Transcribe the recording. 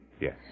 Yes